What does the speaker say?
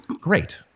great